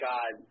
God